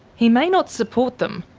he may not support them,